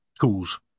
tools